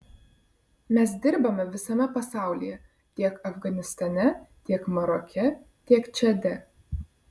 mes dirbame visame pasaulyje tiek afganistane tiek maroke tiek čade